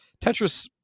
Tetris